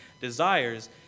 desires